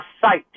sight